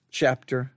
chapter